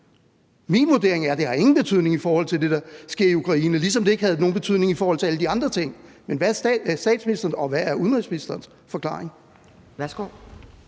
Min vurdering er, at det ingen betydning har i forhold til det, der sker i Ukraine, ligesom det ikke havde nogen betydning i forhold til alle de andre ting. Men hvad er statsministerens forklaring, og hvad er udenrigsministerens forklaring?